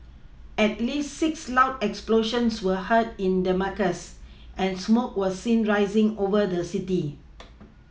at least six loud explosions were heard in Damascus and smoke was seen rising over the city